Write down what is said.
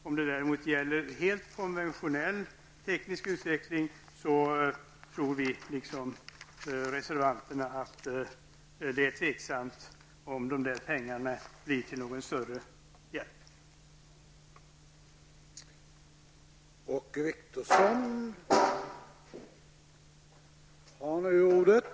Om det däremot gäller helt konventionell teknisk utveckling tror vi liksom reservanterna att det är osäkert om dessa pengar blir till någon större hjälp.